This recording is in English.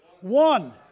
one